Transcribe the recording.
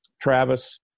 Travis